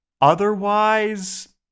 otherwise